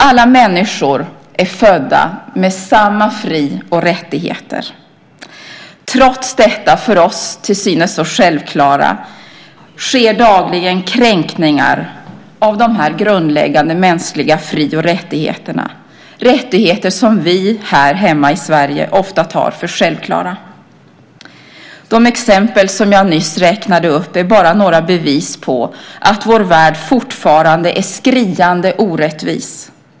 Alla människor är födda med samma fri och rättigheter. Trots detta för oss till synes så självklara sker dagligen kränkningar av de grundläggande mänskliga fri och rättigheterna. Det är rättigheter som vi här hemma i Sverige ofta tar för självklara. De exempel som jag nyss räknade upp är bara några bevis på att vår värld fortfarande är skriande orättvis.